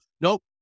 nope